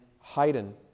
Haydn